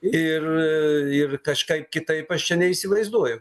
ir ir kažkaip kitaip aš čia neįsivaizduoju